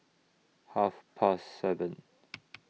Half Past seven